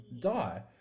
die